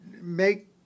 make